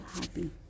happy